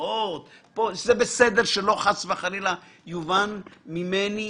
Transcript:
משכנתאות זה בסדר גמור, שלא חס וחלילה יובן ממני